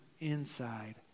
inside